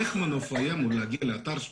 איך המנופאי יגיע לאתר?